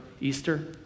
Easter